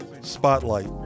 Spotlight